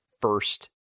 first